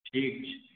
ठीक छै